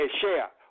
share